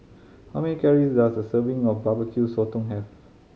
how many calories does a serving of Barbecue Sotong have